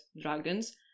dragons